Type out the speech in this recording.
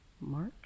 March